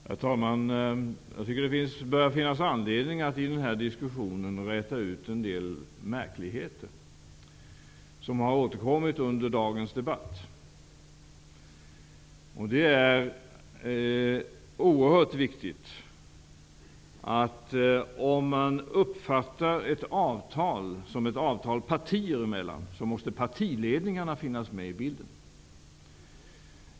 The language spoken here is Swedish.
Herr talman! Jag tycker att det börjar finnas anledning att reda ut en del märkligheter i den här diskussionen som har återkommit under dagens debatt. Detta är oerhört viktigt. Om man uppfattar ett avtal så som ett avtal partier emellan, så måste partiledningarna finnas med i bilden.